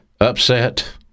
upset